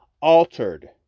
altered